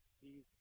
See